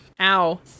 Ow